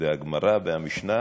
והגמרא והמשנה